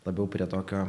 labiau prie tokio